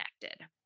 connected